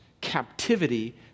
captivity